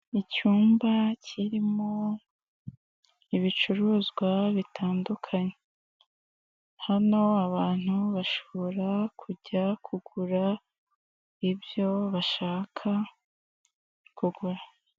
Icyumba kirimo, ibicuruzwa bitandukanye, hano abantu bashobora kujya kugura, ibyo bashaka, kugura.